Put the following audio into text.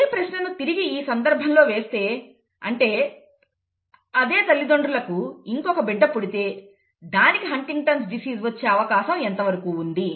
అదే ప్రశ్నను తిరిగి ఈ సందర్భంలో వేస్తే అంటే అదే తల్లిదండ్రులకు ఇంకొక బిడ్డ పుడితే దానికి హంటింగ్టన్'స్ డిసీస్ Huntington's disease వచ్చే అవకాశం ఎంతవరకు ఉంది